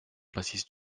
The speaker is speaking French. bassiste